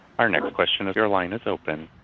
our next question, your line is open.